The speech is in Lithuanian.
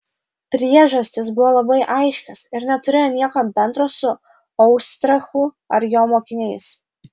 priežastys buvo labai aiškios ir neturėjo nieko bendro su oistrachu ar jo mokiniais